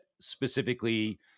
specifically